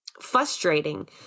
frustrating